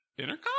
Intercom